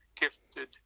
gifted